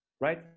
right